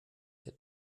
der